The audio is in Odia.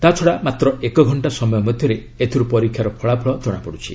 ତା'ଛଡ଼ା ମାତ୍ର ଏକଘଷ୍ଟା ସମୟ ମଧ୍ୟରେ ଏଥିରୁ ପରୀକ୍ଷାର ଫଳାଫଳ କଣାପଡ଼ୁଛି